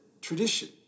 tradition